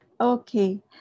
Okay